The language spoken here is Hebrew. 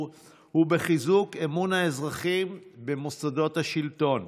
הוא בחיזוק אמון האזרחים במוסדות השלטון.